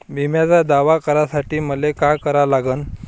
बिम्याचा दावा करा साठी मले का करा लागन?